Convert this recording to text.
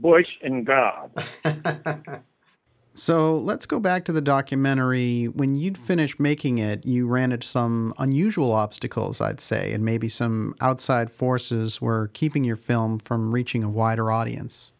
boy and god so let's go back to the documentary when you've finished making it you ran into some unusual obstacles i'd say and maybe some outside forces were keeping your film from reaching a wider audience